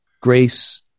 grace